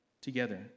together